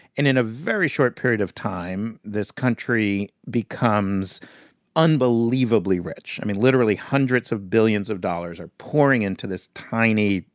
and in a very short period of time, this country becomes unbelievably rich. i mean, literally, hundreds of billions of dollars are pouring into this tiny,